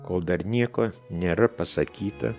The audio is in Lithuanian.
kol dar nieko nėra pasakyta